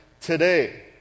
today